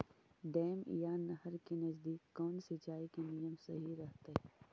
Dam या नहर के नजदीक कौन सिंचाई के नियम सही रहतैय?